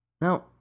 now